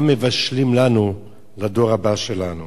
מה מבשלים לנו, לדור הבא שלנו.